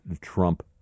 Trump